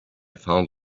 found